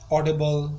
Audible